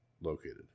located